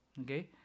Okay